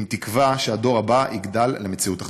עם תקווה שהדור הבא יגדל למציאות אחרת.